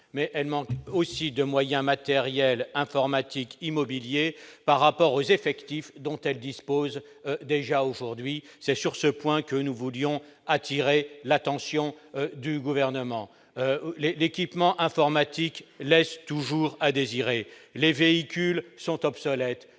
mais elle manque aussi de moyens matériels informatiques immobilier par rapport aux effectifs dont elle dispose déjà aujourd'hui, c'est sur ce point que nous voulions attirer l'attention du gouvernement l'équipement informatique laisse toujours à désirer, les véhicules sont obsolètes,